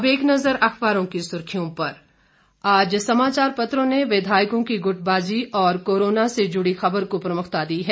अब एक नज़र अखबारों की सुर्खियों पर आज समाचार पत्रों ने विधायकों की गुटबाजी और कोरोना से जुड़ी खबर को प्रमुखता दी है